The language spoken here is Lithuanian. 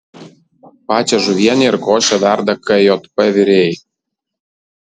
pačią žuvienę ir košę verda kjp virėjai